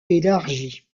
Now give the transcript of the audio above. élargi